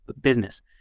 business